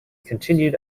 continued